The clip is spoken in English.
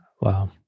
Wow